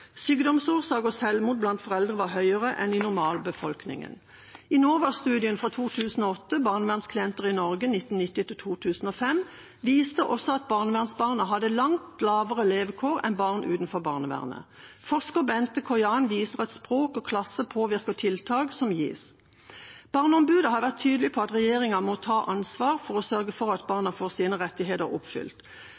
blant disse foreldrene var mer utbredt enn i normalbefolkningen. NOVA-studien fra 2008, Barnevernsklienter i Norge 1990–2005, viste at barnevernsbarna hadde langt dårligere levekår enn barn utenfor barnevernet. Forsker Bente Kojan viser at språk og klasse påvirker tiltak som gis. Barneombudet har vært tydelig på at regjeringa må ta ansvar for å sørge for at barna får sine rettigheter oppfylt. Frafall fra utdanning er høyere for barn